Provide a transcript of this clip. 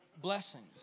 blessings